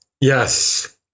Yes